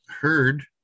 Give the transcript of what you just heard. heard